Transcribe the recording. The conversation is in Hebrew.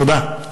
תודה.